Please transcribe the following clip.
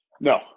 No